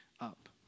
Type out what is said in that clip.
up